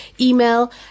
email